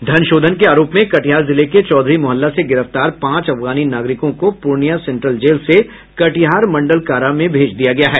धनशोधन के आरोप में कटिहार जिले के चौधरी मुहल्ला से गिरफ्तार पांच अफगानी नागरिकों को पूर्णिया सेंट्रल जेल से कटिहार मंडल कारा में भेज दिया गया है